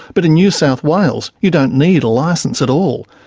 but in new south wales you don't need a licence at all.